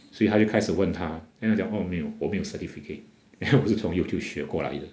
所以他就开始问她 then 她讲 oh 我没有我没有 certificate 我是从 youtube 学过来的